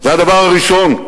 זה הדבר הראשון,